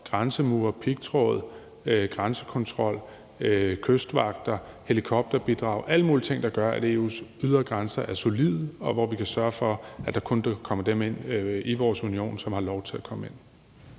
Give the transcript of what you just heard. grænsemure, pigtråd, grænsekontrol, kystvagter, helikopterbidrag og alle mulige ting, der gør, at EU's ydre grænser er solide, og at vi kan sørge for, at der kun kommer dem ind i vores union, som har lov til at komme ind.